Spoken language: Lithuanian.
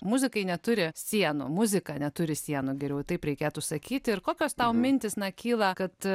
muzikai neturi sienų muzika neturi sienų geriau taip reikėtų sakyti ir kokios tau mintys na kyla kad